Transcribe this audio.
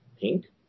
Pink